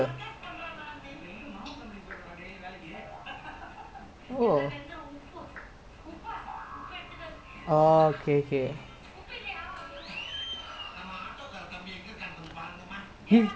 he say like I think he earn like up to hundred something K already lah because he like he do stocks also like he do like real stocks also lah because he got a lot of money then he invest in stocks then he know idea also because he read up some shit like in his free time